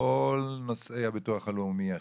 בכל נושאי הביטוח הלאומי,